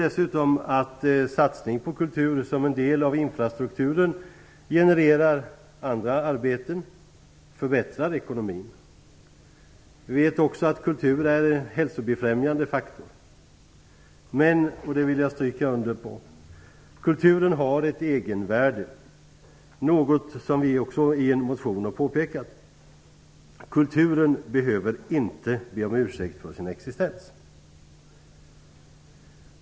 En satsning på kultur som en del av infrastrukturen genererar ju andra arbeten och förbättrar ekonomin. Dessutom är kultur en hälsobefrämjande faktor. Men, och detta vill jag understryka, kulturen har ett egenvärde, vilket vi påpekar i en motion. Kulturen behöver inte be om ursäkt för sin existens.